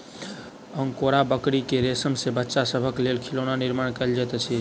angora बकरी के रेशम सॅ बच्चा सभक लेल खिलौना निर्माण कयल जाइत अछि